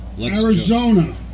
Arizona